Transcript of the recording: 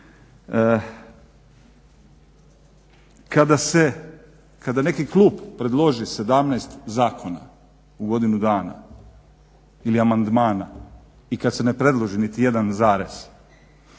kada neki klub predloži 17 zakona u godinu dana ili amandmana i kad se ne predloži niti jedan zarez,